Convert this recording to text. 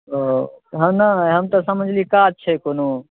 ओ ओहिना नहि हम तऽ समझली काज छै कोनो